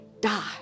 die